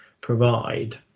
provide